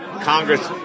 Congress